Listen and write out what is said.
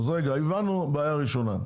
אז רגע, הבנו בעיה ראשונה.